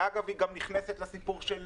שאגב, היא נכנסת גם לסיפור של